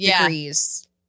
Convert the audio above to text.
degrees